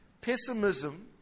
pessimism